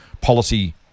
policy